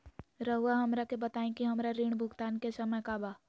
रहुआ हमरा के बताइं कि हमरा ऋण भुगतान के समय का बा?